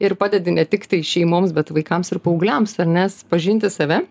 ir padedi ne tiktai šeimoms bet vaikams ir paaugliams ar nes pažinti save